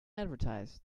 advertise